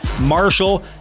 Marshall